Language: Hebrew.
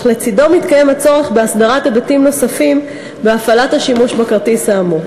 אך לצדו מתקיים הצורך בהסדרת היבטים נוספים בהפעלת השימוש בכרטיס האמור.